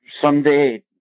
someday